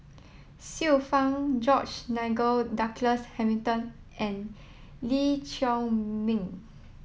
Xiu Fang George Nigel Douglas Hamilton and Lee Chiaw Meng